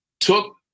took